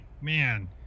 man